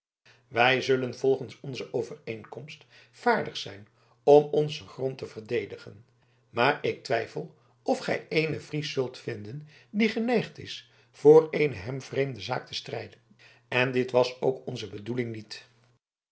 wij zullen volgens onze overeenkomst vaardig zijn om onzen grond te verdedigen maar ik twijfel of gij éénen fries zult vinden die geneigd is voor eene hem vreemde zaak te strijden en dit was ook onze bedoeling niet